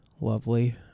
lovely